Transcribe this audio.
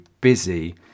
busy